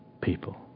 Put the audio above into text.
people